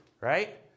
right